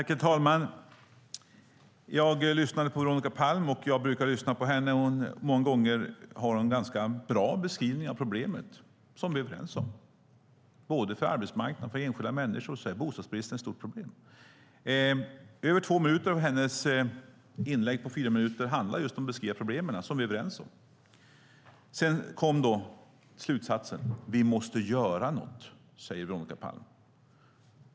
Herr talman! Jag lyssnade på Veronica Palm. Jag brukar lyssna på henne. Många gånger har hon en ganska bra beskrivning av problemet, som vi är överens om. Både för arbetsmarknaden och för enskilda människor är bostadsbristen ett stort problem. Över två minuter av hennes inlägg på fyra minuter handlade just om att beskriva problemen - som vi är överens om. Sedan kom slutsatsen: Vi måste göra något, säger Veronica Palm.